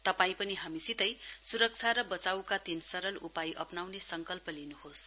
तपाईं पनि हामीसितै स्रक्षा र बचाईका तीन सरल उपाय अप्नाउने संकल्प गर्न्होस